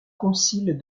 concile